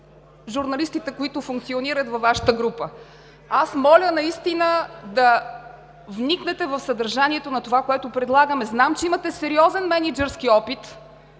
журналистите, които функционират във Вашата група. Аз моля наистина да вникнете в съдържанието на това, което предлагаме. Знам, че имате сериозен мениджърски опит